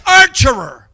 archer